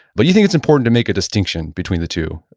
but you think it's important to make a distinction between the two.